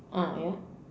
ah ya